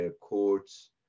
courts